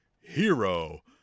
hero